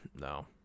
No